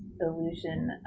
illusion